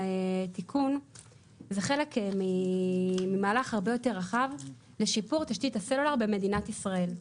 התיקון זה חלק ממהלך הרבה יותר רחב לשיפור תשתית הסלולר במדינת ישראל,